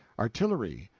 artillery,